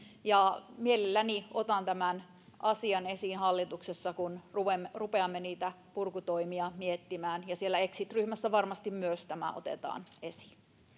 mielelläni otan tämän asian esiin hallituksessa kun rupeamme rupeamme niitä purkutoimia miettimään ja siellä exit ryhmässä varmasti myös tämä otetaan esiin